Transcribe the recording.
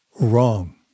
wrong